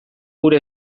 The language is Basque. gure